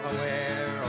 Aware